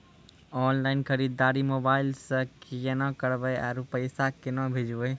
Online खरीददारी mobile से केना करबै, आरु पैसा केना भेजबै?